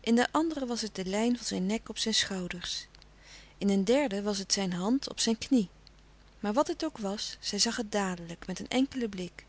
in den andere was het de lijn van zijn nek op zijn schouders in een derde was het zijn hand op zijn knie maar wat het ook was zij zag het dadelijk met een enkelen blik